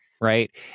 Right